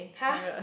!huh!